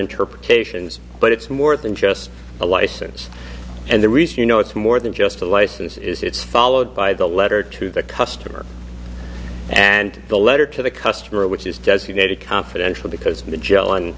interpretations but it's more than just a license and the reason you know it's more than just a license is it's followed by the letter to the customer and the letter to the customer which is designated confidential because magellan